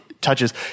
touches